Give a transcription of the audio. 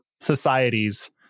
societies